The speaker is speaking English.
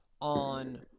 on